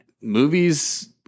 movies